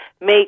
make